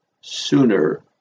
sooner